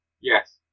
yes